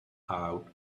out